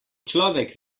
človek